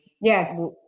Yes